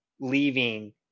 leaving